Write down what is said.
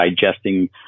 digesting